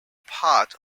part